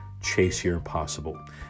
ChaseYourImpossible